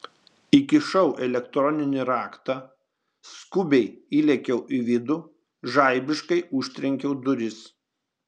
įkišau elektroninį raktą skubiai įlėkiau į vidų žaibiškai užtrenkiau duris